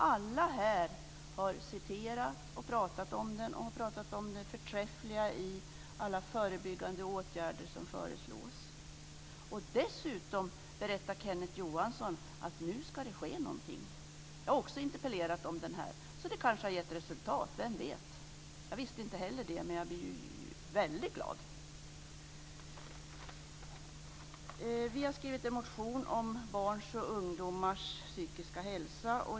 Alla här har citerat ur den och pratat om den och pratat om det förträffliga i alla förebyggande åtgärder som föreslås. Dessutom berättar Kenneth Johansson att nu ska det ske någonting. Jag har också interpellerat om detta. Det kanske har givit resultat. Vem vet? Jag visste inte heller det, men jag blir väldigt glad. Vi har skrivit en motion om barns och ungdomars psykiska hälsa.